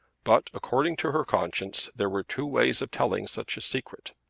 but according to her conscience there were two ways of telling such a secret.